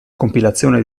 compilazione